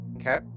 Okay